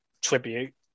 tribute